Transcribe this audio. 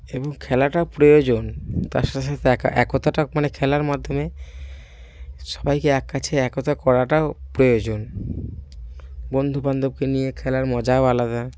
এবং খেলাটা প্রয়োজন তার সাথে সাথে এক একতাটা মানে খেলার মাধ্যমে সবাইকে এক কাছে একতা করাটাও প্রয়োজন বন্ধুবান্ধবকে নিয়ে খেলার মজাও আলাদা